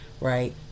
right